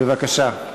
בבקשה.